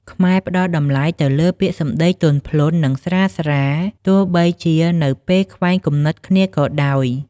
ខ្មែរផ្ដល់់តម្លៃទៅលើពាក្យសម្ដីទន់ភ្លន់ និងស្រាលៗ ទោះបីជានៅពេលខ្វែងគំនិតគ្នាក៏ដោយ។